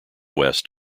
west